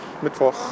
Mittwoch